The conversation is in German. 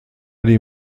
die